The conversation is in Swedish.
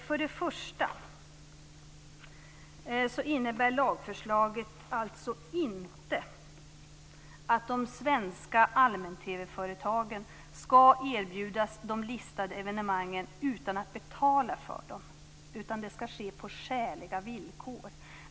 För det första innebär lagförslaget inte att de svenska allmän-TV-företagen skall erbjudas de listade evenemangen utan att betala för dem, utan det skall ske på skäliga villkor.